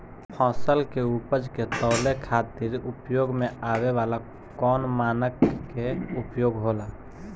फसल के उपज के तौले खातिर उपयोग में आवे वाला कौन मानक के उपयोग होला?